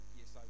yes